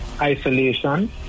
isolation